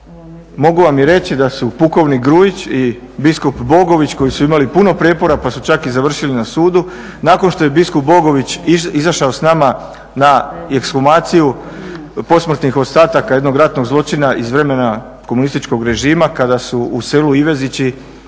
mogu vam i reći da su pukovnik Grujić i biskup Bogović koji su imali puno prijepora pa su čak i završili i na sudu. Nakon što je biskup Bogović izašao s nama na ekshumaciju posmrtnih ostatak jednog ratnog zločina iz vremena komunističkog režima kada su u selu Ivezići